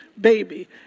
baby